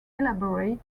elaborate